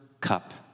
cup